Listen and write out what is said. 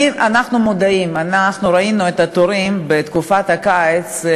אנחנו מודעים, אנחנו ראינו את התורים בתקופת הקיץ,